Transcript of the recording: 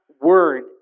word